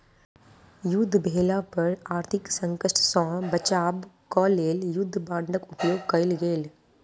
युद्ध भेला पर आर्थिक संकट सॅ बचाब क लेल युद्ध बांडक उपयोग कयल गेल